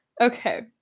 Okay